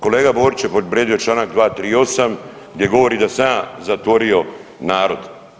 Kolega Borić je povrijedio čl. 238. gdje govori da sam ja zatvorio narod.